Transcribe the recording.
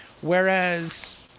Whereas